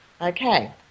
Okay